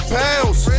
pounds